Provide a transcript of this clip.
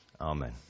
Amen